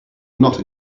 not